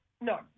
No